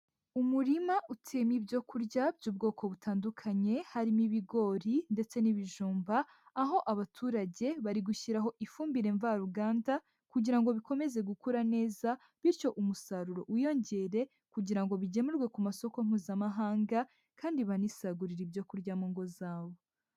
Umurima uteyemo ibyo kurya by'ubwoko butandukanye harimo ibigori ndetse n'ibijumba, aho abaturage bari gushyiraho ifumbire mvaruganda kugira ngo bikomeze gukura neza, bityo umusaruro wiyongere kugira ngo bigemurwe ku masoko mpuzamahanga kandi banisagurire ibyo kurya mu ngo zabo.